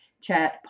Chat